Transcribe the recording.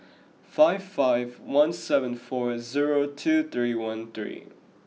five five one seven four zero two three one three